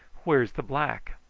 where's the black?